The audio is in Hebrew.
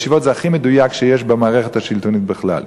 בישיבות זה הכי מדויק שיש במערכת השלטונית בכלל.